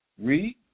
Read